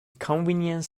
convenience